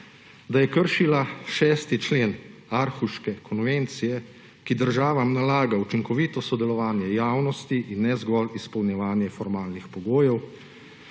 da je kršila 6. člen Aarhuške konvencije, ki državam nalaga učinkovito sodelovanje javnosti in ne zgolj izpolnjevanje formalnih pogojev.